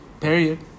Period